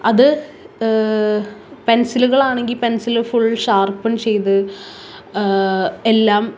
അത് പെൻസിലുകളാണെങ്കിൽ pencil full sharpen ചെയ്ത് എല്ലാം